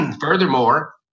Furthermore